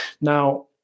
Now